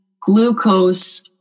glucose